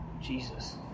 Jesus